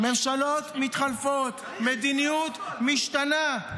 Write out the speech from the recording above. ממשלות מתחלפות, מדיניות משתנה,